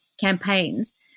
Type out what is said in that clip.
campaigns